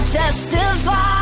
testify